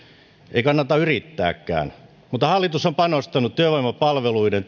ei kannata yrittääkään mutta hallitus on panostanut työvoimapalveluihin